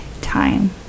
time